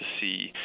see